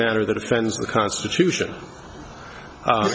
manner that offends the constitution